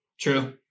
true